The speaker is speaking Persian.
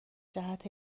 جهت